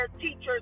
teachers